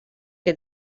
que